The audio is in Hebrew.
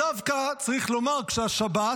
דווקא, צריך לומר שהשבת